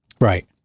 Right